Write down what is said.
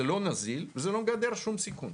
זה לא נזיל וזה לא מגדר שום סיכון.